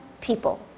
people